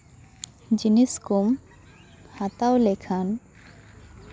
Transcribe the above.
ᱡᱤᱱᱤᱥ ᱠᱚᱢ ᱦᱟᱛᱟᱣ ᱞᱮᱠᱷᱟᱱ